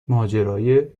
ماجرای